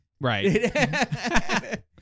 Right